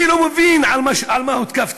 אני לא מבין על מה הותקפתי.